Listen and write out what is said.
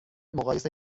مقایسه